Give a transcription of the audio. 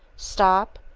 stop,